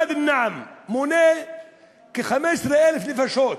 שביישוב ואדי-אלנעם, שמונה כ-15,000 נפשות,